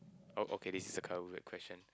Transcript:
oh okay this a kinda weird question